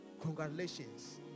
congratulations